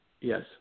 Yes